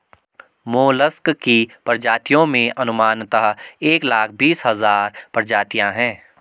mollusc की प्रजातियों में अनुमानतः एक लाख बीस हज़ार प्रजातियां है